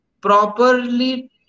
properly